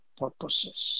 purposes